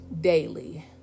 daily